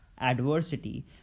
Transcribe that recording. adversity